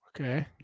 okay